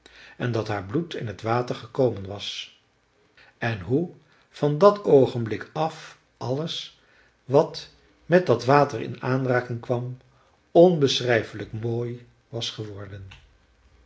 en dat haar bloed in t water gekomen was en hoe van dat oogenblik af alles wat met dat water in aanraking kwam onbeschrijfelijk mooi was geworden